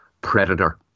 predator